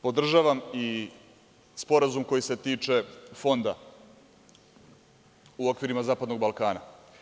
Podržavam i Sporazum koji se tiče Fonda u okvirima zapadnog Balkana.